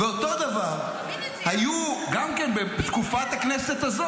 ואותו דבר היו גם כן בתקופת הכנסת הזאת,